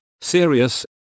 serious